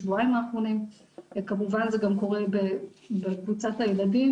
בשבועיים האחרונים וכמובן זה גם קורה בקבוצת הילדים.